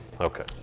Okay